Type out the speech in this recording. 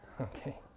Okay